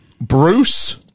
Bruce